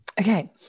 Okay